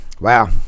wow